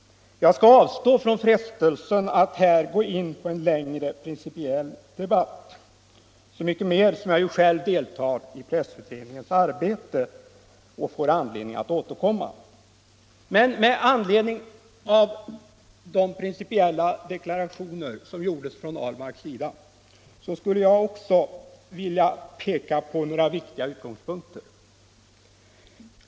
Jag skall nu motstå frestelsen att här gå in på en längre principiell debatt, så mycket mer som jag själv deltar i pressutredningens arbete och får skäl att återkomma. Men med anledning av de principiella deklarationer som herr Ahlmark gjorde skulle jag också vilja peka på några viktiga utgångspunkter.